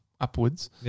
upwards